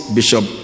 Bishop